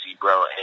bro